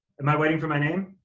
am i waiting for my name?